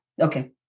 okay